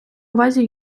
увазі